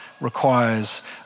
requires